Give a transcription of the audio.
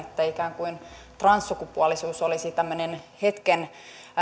että transsukupuolisuus olisi ikään kuin hetken